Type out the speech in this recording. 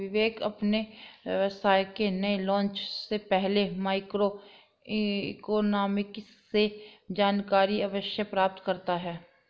विवेक अपने व्यवसाय के नए लॉन्च से पहले माइक्रो इकोनॉमिक्स से जानकारी अवश्य प्राप्त करता है